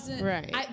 right